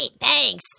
thanks